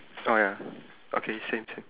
oh ya okay same same